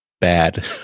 bad